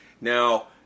Now